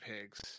pigs